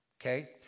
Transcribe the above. okay